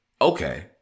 okay